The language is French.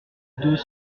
deux